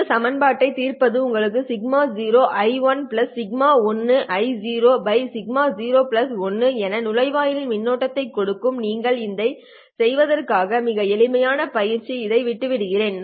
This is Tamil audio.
இந்த சமன்பாட்டைத் தீர்ப்பது உங்களுக்கு σ0 I1 σ1 I0 σ0 σ1 என நுழைவாயிலின் மின்னோட்டத்தைக் கொடுக்கும் நீங்கள் இதைச் செய்வதற்கான மிக எளிய பயிற்சியாக இதை விட்டு விடுகிறேன்